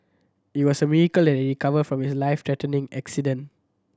it was a miracle that he recovered from his life threatening accident